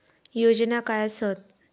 योजना काय आसत?